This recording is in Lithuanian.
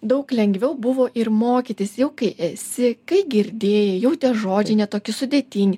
daug lengviau buvo ir mokytis jau kai esi kai girdėjai jau tie žodžiai ne toki sudėtingi